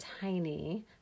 tiny